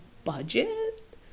Budget